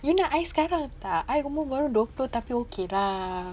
you nak I sekarang tak I umur baru dua puluh tapi okay dah